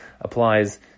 applies